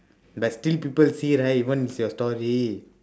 but still people see right when is your story